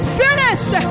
finished